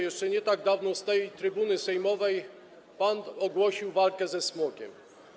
Jeszcze nie tak dawno z tej trybuny sejmowej pan ogłosił walkę ze smogiem.